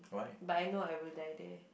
but I know I will die there